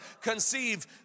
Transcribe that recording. conceive